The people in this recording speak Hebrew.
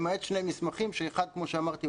למעט שני מסמכים שאחד כמו שאמרתי,